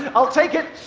and i'll take it.